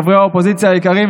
חברי האופוזיציה היקרים,